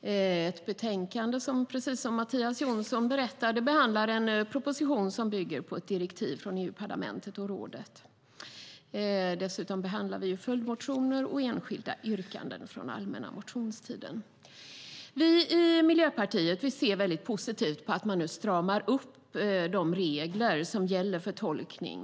Det är ett betänkande som, precis som Mattias Jonsson berättade, behandlar en proposition som bygger på ett direktiv från EU-parlamentet och rådet. Dessutom behandlar vi följdmotioner och enskilda yrkanden från allmänna motionstiden. Vi i Miljöpartiet ser väldigt positivt på att man nu stramar upp de regler som gäller för tolkning.